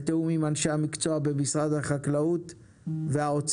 בתיאום עם אנשי המקצוע במשרד החקלאות והאוצר.